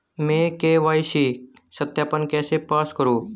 मैं के.वाई.सी सत्यापन कैसे पास करूँ?